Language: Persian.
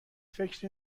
فکری